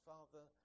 Father